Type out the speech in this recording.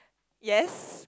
yes